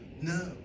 No